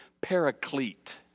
paraclete